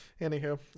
Anywho